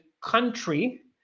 country